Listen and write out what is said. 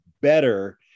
better